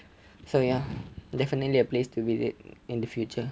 so ya definitely a place to visit in the future